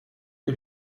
que